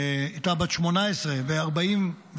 והייתה בת 18 ב-1948.